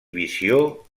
visió